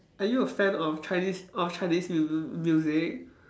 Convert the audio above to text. are you a fan of Chinese of Chinese mu~ mu~ music